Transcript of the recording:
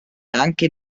anche